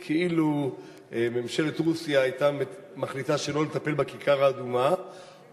זה כאילו ממשלת רוסיה היתה מחליטה שלא לטפל בכיכר האדומה